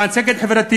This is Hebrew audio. למען צדק חברתי,